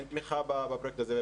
אין תמיכה בפרויקט הזה.